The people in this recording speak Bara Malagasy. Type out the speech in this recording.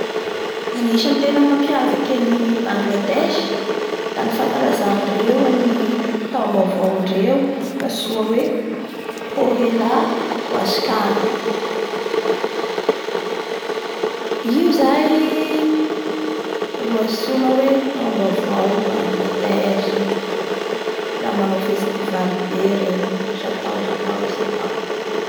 Anisany teny nampiavaky an'i Bangaldesy da ny fankalazandreo ny taombaovandreo antsoa hoe POHELAWOASKANE Io zay ro antsoina hoe taombaovao Bangladesy la manao ferstivaly be reo isatao-isatao-isatao.